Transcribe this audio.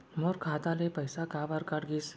मोर खाता ले पइसा काबर कट गिस?